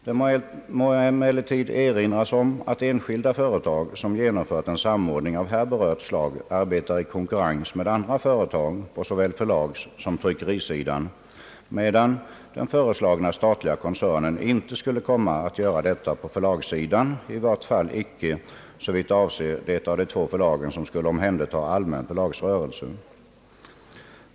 Det må emellertid erinras om att enskilda företag, som genomfört en samordning av här berört slag, arbetar i konkurrens med andra företag på såväl förlagssom tryckerisidan, medan den föreslagna statliga koncernen inte skulle komma att göra detta på förlagssidan, i vart fall icke såvitt avser det av de två förlagen som skulle omhänderha allmän förlagsrörelse.